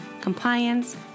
compliance